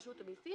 רשות המסים,